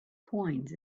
coins